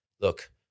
look